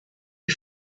you